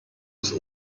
bis